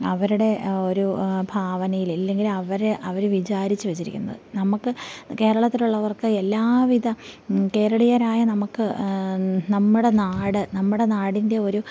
അവരുടെ ആ ഒരു ഭാവനയിൽ ഇല്ലെങ്കിൽ അവർ അവർ വിചാരിച്ചു വച്ചിരിക്കുന്നത് നമുക്ക് കേരളത്തിലുള്ളവർക്ക് എല്ലാവിധ കേരളീയരായ നമുക്ക് നമ്മുടെ നാട് നമ്മുടെ നാടിൻ്റെ ഒരു